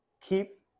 Keep